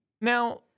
Now